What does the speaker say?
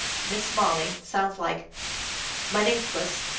miss molly, sounds like mon-in-kwess,